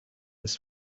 its